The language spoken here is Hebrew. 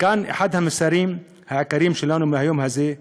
וכאן אחד המסרים העיקריים שלנו מהיום הזה,